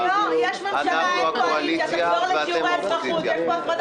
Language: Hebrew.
אנחנו הקואליציה ואתם האופוזיציה.